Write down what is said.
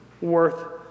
worth